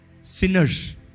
sinners